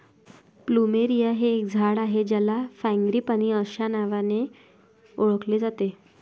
plumeria हे एक झाड आहे ज्याला फ्रँगीपानी अस्या नावानी ओळखले जाते